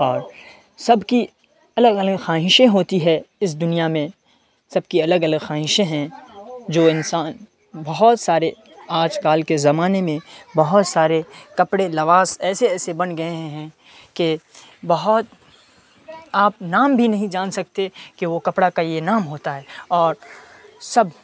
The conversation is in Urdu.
اور سب کی الگ الگ خواہشیں ہوتی ہے اس دنیا میں سب کی الگ الگ خواہشیں ہیں جو انسان بہت سارے آج کل کے زمانے میں بہت سارے کپڑے لباس ایسے ایسے بن گئے ہیں کہ بہت آپ نام بھی نہیں جان سکتے کہ وہ کپرا کا یہ نام ہوتا ہے اور سب